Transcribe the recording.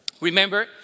Remember